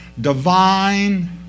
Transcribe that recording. divine